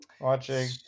Watching